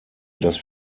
dass